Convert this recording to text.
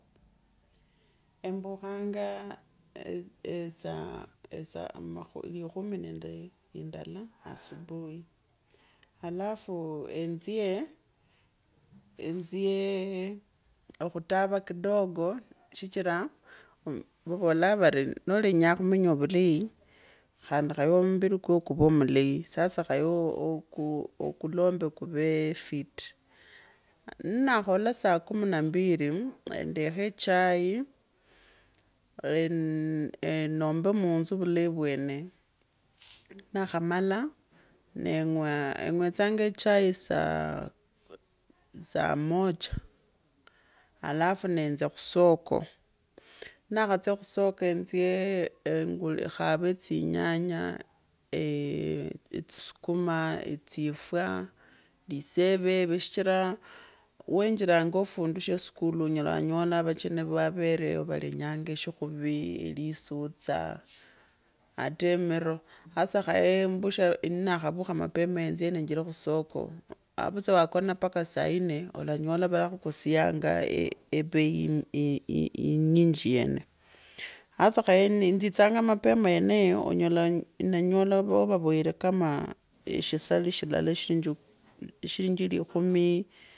Embukhanga esaa likumi nende indula asabai, halafu enzye enzyee akhutava kidogo, shichira vavovalaa vori noo lenya khumenya valai khaye khondi muviri kukwo ruve mulei, sasa khaya oku okulombe kuvee fiti nnakhola saa kumi na mbiri, nendekha echai, mm eekombe munzu valei vwene, nnakhamala nengwa engwetsanga chai saa, saa mocha alafu nenzya khusoko, nnakhatsya khusoko enzyee engule ekhave tsi nynya, eedsi sukuma, etsifwaa, liseveve, shichira weniranga fundu sheskuli onyela wanyola vacheni vavereyo valenyaa eshikhuvii lisulsa ata avutsa waakona paka saa yine olanyola valakhukasianga ebei ii inyinji yene, sasa tsitsanga mapema yeneyo onyola nanyola wa vavoyire kamaa eshisali shilala shinji shirinji likhumi.